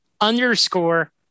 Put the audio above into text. underscore